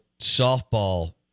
softball